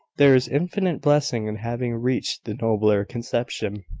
there is infinite blessing in having reached the nobler conception